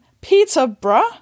Peterborough